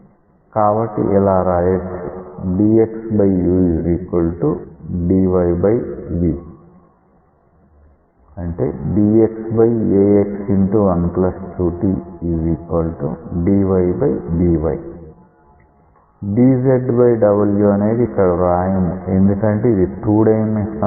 కాబట్టి ఇలా వ్రాయొచ్చు dz w అనేది ఇక్కడ వ్రాయము ఎందుకంటే ఇది 2 డైమెన్షనల్ ప్రవాహం